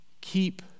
Keep